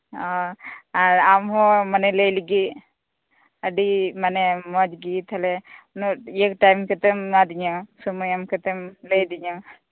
ᱚ ᱟᱨ ᱟᱢᱦᱚ ᱢᱟᱱᱮ ᱞᱟᱹᱭᱞᱟᱹᱜᱤᱫ ᱟᱹᱰᱤ ᱢᱟᱱᱮ ᱢᱚᱡᱜᱤ ᱛᱟᱦᱚᱞᱮ ᱩᱱᱟᱹᱜ ᱴᱟᱭᱤᱢ ᱠᱟᱛᱮᱜ ᱮᱢᱟᱫᱤᱧᱟᱹ ᱥᱚᱢᱚᱭ ᱮᱢᱠᱟᱛᱮᱢ ᱞᱟᱹᱭ ᱟᱹᱫᱤᱧᱟ